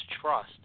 trust